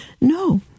no